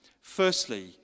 Firstly